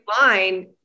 line